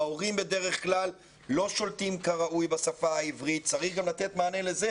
ההורים בדרך כלל לא שולטים כראוי בשפה העברית וצריך גם לתת מענה לזה.